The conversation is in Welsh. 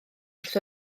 wrth